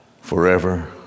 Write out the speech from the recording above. forever